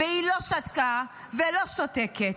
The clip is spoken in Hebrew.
והיא לא שתקה ולא שותקת.